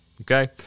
Okay